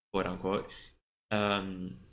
quote-unquote